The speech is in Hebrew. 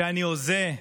שאני הוזה,